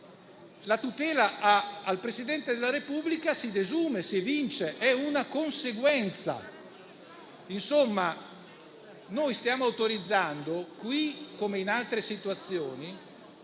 la tutela al Presidente della Repubblica si desume, si evince, è una conseguenza. In sostanza, stiamo autorizzando, qui come in altre situazioni,